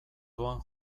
doan